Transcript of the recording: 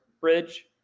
bridge